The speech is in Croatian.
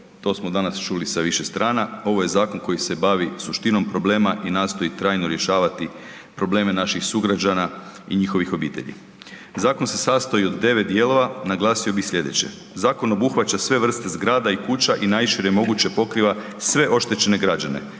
to smo danas čuli sa više strana, ovo je zakon koji se bavi suštinom problema i nastoji trajno rješavati probleme naših sugrađana i njihovih obitelji. Zakon se sastoji od 9 dijelova, naglasio bih sljedeće. Zakon obuhvaća sve vrste zgrada i kuća i najšire moguće pokriva sve oštećene građane,